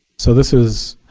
so this is